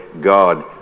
God